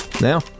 Now